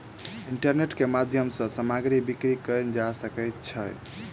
internet के माध्यम सॅ सामग्री बिक्री कयल जा सकै छै